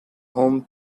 home